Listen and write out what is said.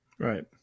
Right